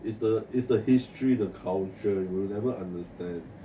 is the is the history the culture you will never understand two years man U supporter so what